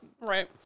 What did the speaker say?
Right